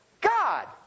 God